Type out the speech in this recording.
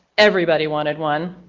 everybody wanted one.